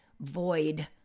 void